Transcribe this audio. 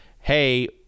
hey